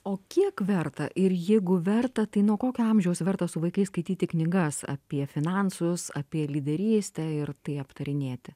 o kiek verta ir jeigu verta tai nuo kokio amžiaus verta su vaikais skaityti knygas apie finansus apie lyderystę ir tai aptarinėti